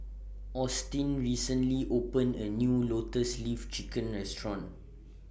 Austyn recently opened A New Lotus Leaf Chicken Restaurant